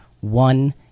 one